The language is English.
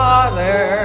Father